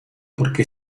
porque